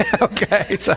okay